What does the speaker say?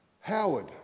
Howard